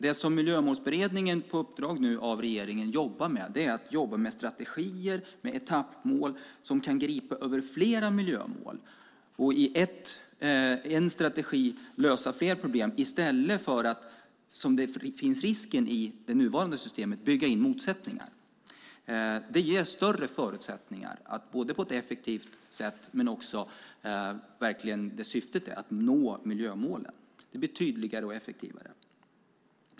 Det Miljömålsberedningen på uppdrag av regeringen nu jobbar med är strategier och etappmål som kan gripa över flera miljömål och i en strategi lösa flera problem, i stället för att, som risken är med det nuvarande systemet, bygga in motsättningar. Det ger större förutsättningar att på ett effektivt sätt nå miljömålen, vilket är syftet. Det blir tydligare och effektivare.